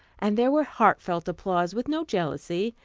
and there was heartfelt applause with no jealousy,